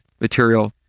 material